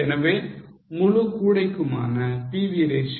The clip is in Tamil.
எனவே முழு கூடைக்குமான PV ratio 0